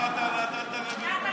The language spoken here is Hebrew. האם אתה נתת למבודדים להסתובב בכנסת,